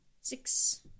six